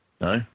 No